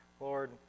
lord